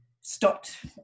stopped